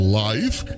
life